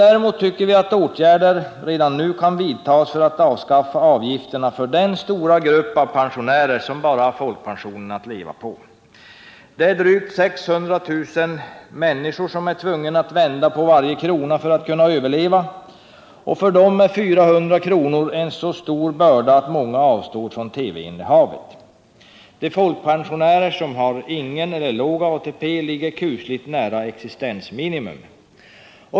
Däremot tycker vi att åtgärder redan nu kan vidtas för att avskaffa avgifterna för den stora grupp pensionärer som bara har folkpensionen att leva på. Det är drygt 600 000 människor som är tvungna att vända på varje krona för att kunna överleva. För dem är 400 kr. en så stor avgift att de avstår från TV-innehav. De folkpensionärer som har ingen eller låg ATP ligger kusligt nära existensminimum.